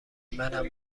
منم